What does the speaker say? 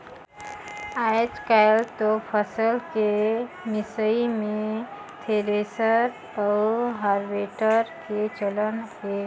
आयज कायल तो फसल के मिसई मे थेरेसर अउ हारवेस्टर के चलन हे